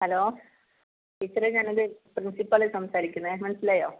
hello ടീച്ചറേ ഞാനിത് പ്രിൻസിപ്പളാണ് സംസാരിക്കുന്നത് മനസിലായോ